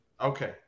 Okay